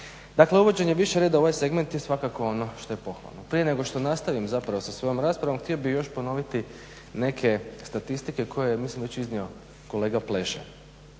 Dakle uvođenja u ovaj segment je svakako ono što je pohvalno. Prije nego što nastavim sa svojom raspravom htio bih još ponoviti neke statistike koje je mislim već iznio kolega Pleše.